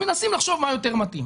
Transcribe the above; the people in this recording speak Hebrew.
מנסים לחשוב מה יותר מתאים,